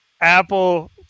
Apple